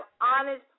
honest